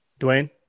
Dwayne